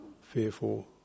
fearful